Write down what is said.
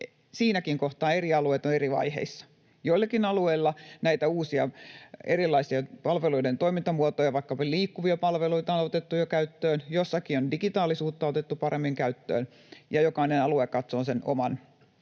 Siinäkin kohtaa eri alueet ovat eri vaiheissa. Joillakin alueilla näitä uusia erilaisia palveluiden toimintamuotoja, vaikkapa liikkuvia palveluita, on otettu jo käyttöön, joissakin on digitaalisuutta otettu paremmin käyttöön, ja jokainen alue katsoo sen oman.